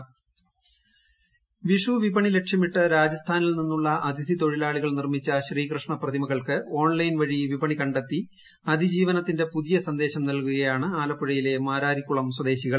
ക്കുക്കുക്കുക്ക വിഷു വിപണി ഇൻഡ്രോ വിഷു വിപണി ലക്ഷ്യമിട്ട് രാജസ്ഥാനിൽ നിന്നുള്ള അതിഥി തൊഴിലാളികൾ നിർമ്മിച്ച ശ്രീകൃഷ്ണ പ്രതിമകൾക്ക് ഓൺ ലൈൻ വഴി വിപണി കണ്ടെത്തി അതിജീവനത്തിന്റെ പുതിയ സന്ദേശം നൽകുകയാണ് ആലപ്പുഴയിലെ മാരാരിക്കുളം സ്വദേശികൾ